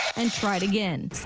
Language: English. and tried again.